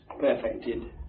perfected